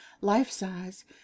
life-size